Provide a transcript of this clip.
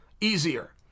easier